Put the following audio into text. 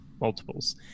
multiples